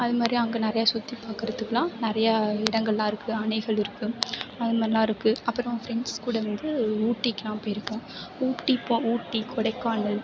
அதே மாதிரி அங்கே நிறையா சுற்றி பார்க்குறதுக்குலாம் நிறையா இடங்களெலாம் இருக்கும் அணைகள் இருக்கும் அது மாதிரிலாம் இருக்குது அப்புறம் ஃபிரண்ட்ஸ் கூட வந்து ஊட்டிகெலாம் போயிருக்கேன் ஊட்டி போ ஊட்டி கொடைக்கானல்